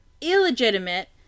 illegitimate